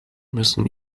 müssen